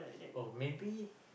oh maybe